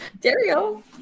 Dario